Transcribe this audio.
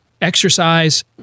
Exercise